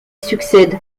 succède